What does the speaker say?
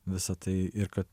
visa tai ir kad